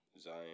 Zion